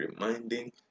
reminding